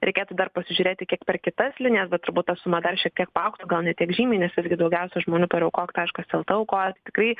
reikėtų dar pasižiūrėti kiek per kitas linijas bet turbūt ta suma dar šiek tiek paaugs o gal ne tiek žymiai nes irgi daugiausiai žmonių per aukok taškas lt aukoja tai tikrai